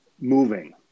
moving